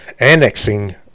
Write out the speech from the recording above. annexing